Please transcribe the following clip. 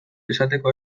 esateko